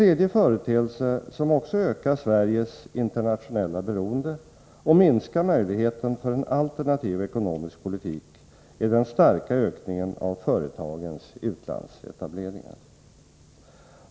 En företeelse som också ökar Sveriges internationella beroende och minskar möjligheten för en alternativ ekonomisk politik är den starka ökningen av företagens utlandsetableringar.